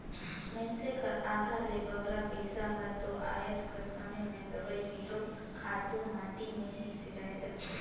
मइनसे कर आधा ले बगरा पइसा हर दो आएज कर समे में दवई बीरो, खातू माटी में ही सिराए जाथे